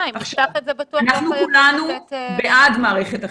אנחנו כולנו בעד מערכת החינוך,